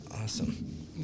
awesome